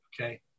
Okay